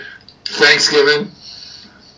Thanksgiving